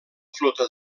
flota